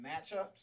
matchups